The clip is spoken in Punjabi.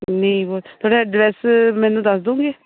ਨਹੀਂ ਤੁਹਾਡਾ ਅਡਰੈੱਸ ਮੈਨੂੰ ਦੱਸ ਦੋਂਗੇ